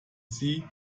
sie